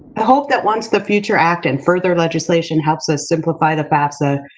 i hope that once the future act and further legislation helps us simplify the fafsa,